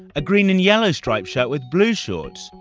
a green and yellow striped shirt with blue shorts.